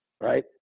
right